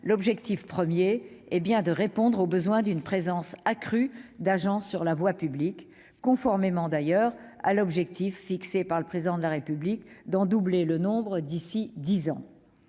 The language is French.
l'objectif premier est bien de répondre au besoin d'une présence accrue d'agents sur la voie publique, conformément à l'objectif fixé par le Président de la République d'en doubler le nombre en dix ans.